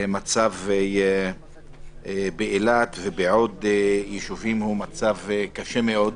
המצב באילת ובעוד יישובים הוא מצב קשה מאוד,